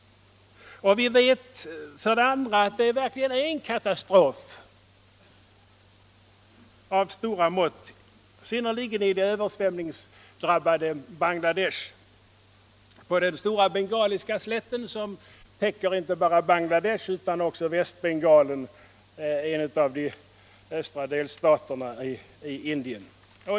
länder Vi vet också att det verkligen är en katastrof av stora mått som drabbat särskilt det översvämningsdrabbade Bangladesh på den stora bengaliska slätten, som sträcker sig inte bara över Bangladesh utan också över Västbengalen, en av de östra delstaterna i Indien.